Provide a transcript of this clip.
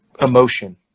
emotion